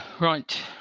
Right